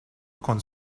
con